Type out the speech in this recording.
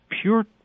pure